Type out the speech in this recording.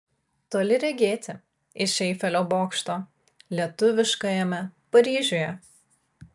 toli regėti iš eifelio bokšto lietuviškajame paryžiuje